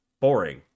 boring